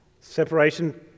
Separation